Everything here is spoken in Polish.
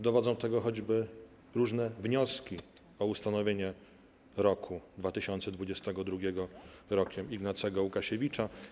Dowodzą tego choćby różne wnioski o ustanowienie roku 2022 Rokiem Ignacego Łukasiewicza.